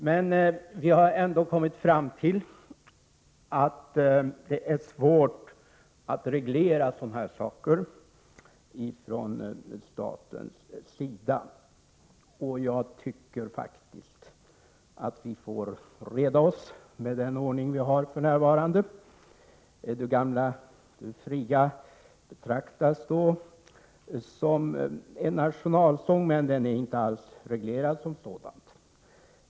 Men vi har ändå kommit fram till att det är svårt att reglera sådana saker från statens sida, och jag tycker faktiskt att vi får reda oss med den ordning som vi har för närvarande. Du gamla, Du fria betraktas som en nationalsång, men någon reglering om detta finns inte.